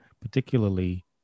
particularly